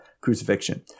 crucifixion